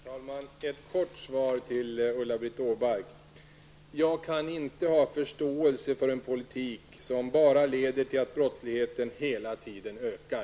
Herr talman! Jag kan inte, Ulla-Britt Åbark, ha förståelse för en politik som bara leder till att brottsligheten hela tiden ökar.